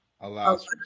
allows